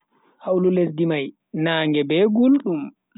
Hawlu lesdi mai naage be guldum.